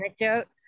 anecdote